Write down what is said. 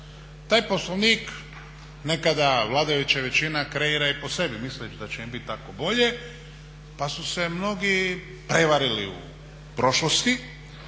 Taj Poslovnik nekada vladajuća većina kreira po sebi, misleći da će im biti tako bolje, pa su se mnogi prevarili u prošlosti.